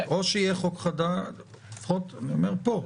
אני אומר פה.